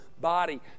body